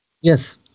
Yes